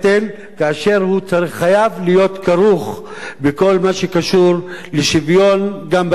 כאשר הוא חייב להיות כרוך בכל מה שקשור לשוויון גם בזכויות.